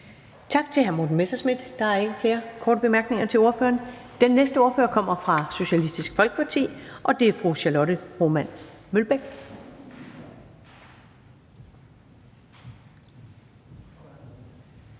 Tak til hr. Morten Messerschmidt. Der er ikke flere korte bemærkninger til ordføreren. Den næste ordfører kommer fra Socialistisk Folkeparti, og det er fru Charlotte Broman Mølbæk.